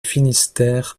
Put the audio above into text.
finistère